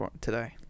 today